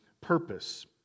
purpose